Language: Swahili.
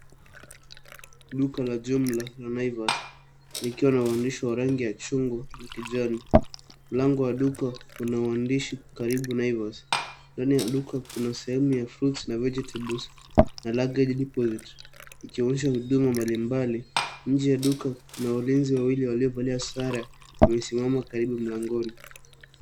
Duka la jumla la Naivas , likiwa na maandishi ya rangi ya chungwa na kijani. Mlango wa duka una uandishi, karibu Naivas . Ndani ya duka kuna sehemu ya fruits and vegetables na luggage deposit ikionyesha huduma mbalimbali. Nje ya duka kuna walinzi wawili waliovalia sare, wamesimama karibu mlangoni.